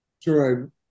Sure